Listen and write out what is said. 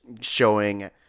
showing